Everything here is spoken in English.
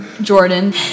Jordan